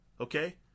Okay